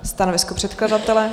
Stanovisko předkladatele?